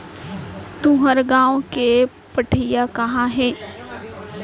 तुंहर गॉँव के पहाटिया कहॉं हे?